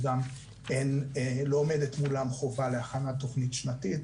וגם לא עומדת מולם חובה להכנת תכנית שנתית,